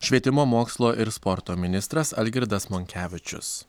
švietimo mokslo ir sporto ministras algirdas monkevičius